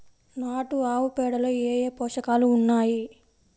నాటు ఆవుపేడలో ఏ ఏ పోషకాలు ఉన్నాయి?